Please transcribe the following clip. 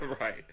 right